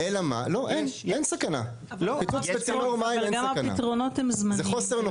בפיצוץ מים אין סכנה, זה חוסר נוחות.